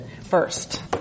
first